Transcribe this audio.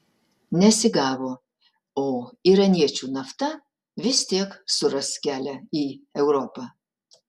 nesigavo o iraniečių nafta vis tiek suras kelią į europą